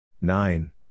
Nine